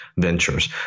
ventures